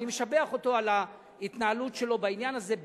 ואני משבח אותו על ההתנהלות שלו בעניין הזה,